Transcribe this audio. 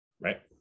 right